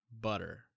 butter